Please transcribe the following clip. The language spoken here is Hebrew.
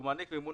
הוא מעניק מימון